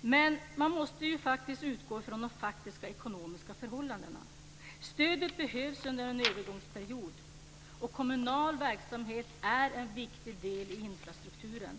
Men man måste utgå ifrån de faktiska ekonomiska förhållandena. Stödet behövs under en övergångsperiod. Kommunal verksamhet är en viktig del i infrastrukturen.